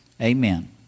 Amen